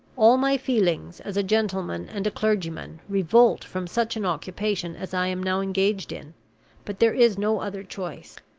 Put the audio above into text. all my feelings, as a gentleman and a clergyman, revolt from such an occupation as i am now engaged in but there is no other choice.